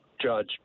judge